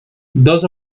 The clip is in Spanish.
dos